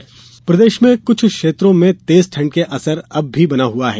मौसम प्रदेश में कुछ क्षेत्रों में तेज ठंड का असर अभी भी बना हुआ है